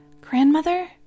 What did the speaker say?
Grandmother